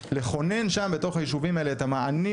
לכונן שם בתוך היישובים האלה את המענים